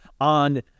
on